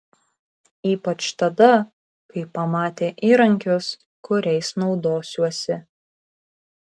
ypač tada kai pamatė įrankius kuriais naudosiuosi